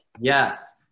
Yes